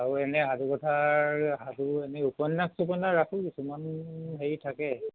আৰু এনে সাধুকথাৰ সাধু এনে উপন্যাস ছুপন্যাস ৰাখো কিছুমান হেৰি থাকে